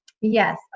yes